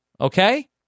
Okay